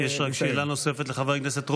עוד רגע, יש שאלה נוספת לחבר הכנסת רוט.